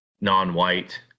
non-white